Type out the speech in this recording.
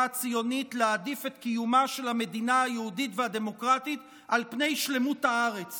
הציונית להעדיף את קיומה של המדינה היהודית והדמוקרטית על פני שלמות הארץ